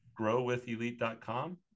growwithelite.com